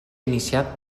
iniciat